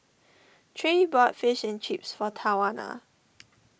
Trey bought Fish and Chips for Tawana